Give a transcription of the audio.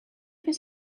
his